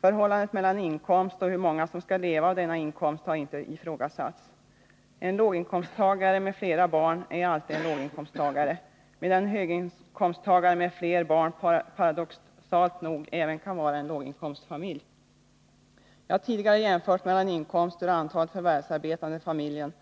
Förhållandet mellan inkomsten och hur många som skall leva av denna inkomst har inte ifrågasatts. En låginkomsttagare med flera barn är alltid en låginkomsttagare, medan en familj som är höginkomsttagare med flera barn paradoxalt nog även kan vara en låginkomstfamilj. Jag har tidigare jämfört inkomster och antalet förvärvsarbetande i familjerna